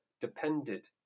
depended